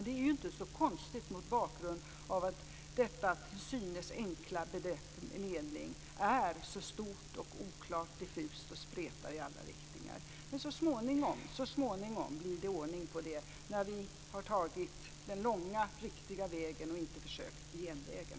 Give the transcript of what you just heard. Det är inte så konstigt mot bakgrund av att detta till synes enkla begrepp medling är så stort, oklart, diffust och spretar i alla riktningar. Så småningom blir det ordning på det när vi har tagit den långa riktiga vägen och inte försökt att ta genvägen.